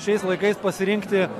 šiais laikais pasirinkti